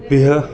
बिहु